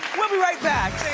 we'll be right back.